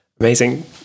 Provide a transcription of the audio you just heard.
Amazing